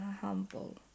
humble